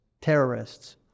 terrorists